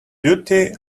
duty